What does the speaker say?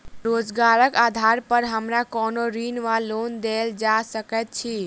रोजगारक आधार पर हमरा कोनो ऋण वा लोन देल जा सकैत अछि?